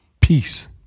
Peace